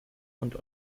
und